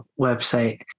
website